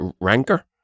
rancor